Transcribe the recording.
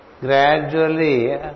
gradually